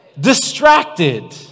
distracted